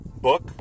book